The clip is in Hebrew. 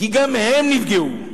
כי גם הם נפגעו.